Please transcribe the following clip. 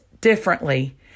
differently